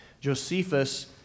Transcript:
Josephus